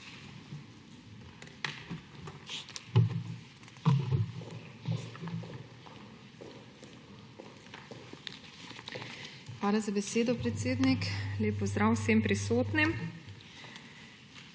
Hvala za besedo, predsednik. Lep pozdrav vsem prisotnim!